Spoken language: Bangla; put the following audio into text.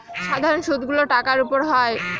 সাধারন সুদ গুলো টাকার উপর হয়